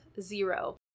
zero